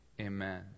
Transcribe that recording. amen